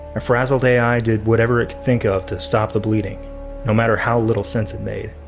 a frazzled day i did whatever it think of stop the bleeding no matter how little sense it made.